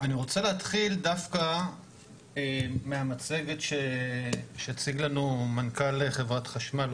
אני רוצה להתחיל דווקא מהמצגת שהציג לנו מנכ"ל חברת חשמל,